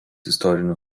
istorinių